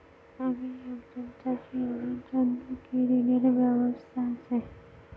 আমি একজন চাষী আমার জন্য কি ঋণের ব্যবস্থা আছে?